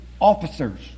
officers